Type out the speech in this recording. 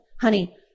Honey